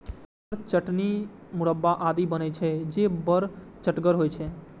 एकर चटनी, मुरब्बा आदि बनै छै, जे बड़ चहटगर होइ छै